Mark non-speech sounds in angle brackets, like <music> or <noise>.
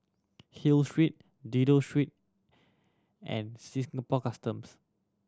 Hill Street Dido Street and <unintelligible> Customs